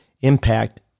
impact